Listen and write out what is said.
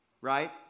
right